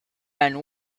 end